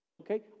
Okay